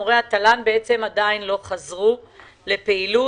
מורי התל"ן עדין לא חזרו לפעילות.